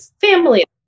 family